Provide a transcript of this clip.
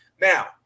Now